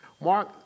Mark